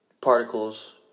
particles